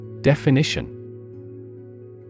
Definition